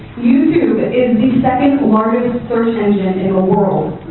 you tube is the second largest search engine in the world,